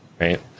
right